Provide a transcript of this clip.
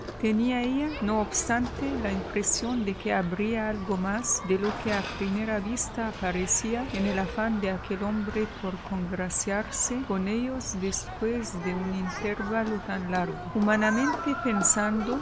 ella no obstante la impresión de que habría algo más de lo que a primera vista aparecía en el afán de aquel hombre por congraciarse con ellos después de un intervalo tan largo humanamente pensando